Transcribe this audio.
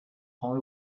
rang